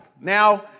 Now